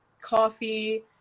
coffee